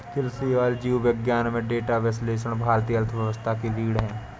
कृषि और जीव विज्ञान में डेटा विश्लेषण भारतीय अर्थव्यवस्था की रीढ़ है